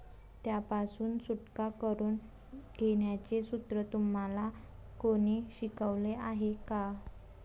त्यापासून सुटका करून घेण्याचे सूत्र तुम्हाला कोणी शिकवले आहे का?